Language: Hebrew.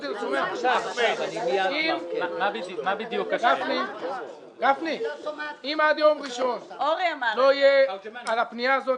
אם עד יום ראשון לא יהיו על הפנייה הזאת